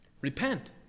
repent